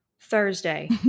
thursday